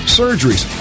surgeries